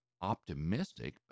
optimistic